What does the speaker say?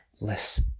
less